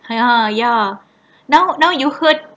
ya ya now now you heard